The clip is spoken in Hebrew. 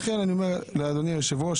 לכן אני אומר לאדוני היושב-ראש: